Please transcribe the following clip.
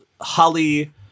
Holly